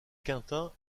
quintin